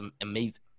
amazing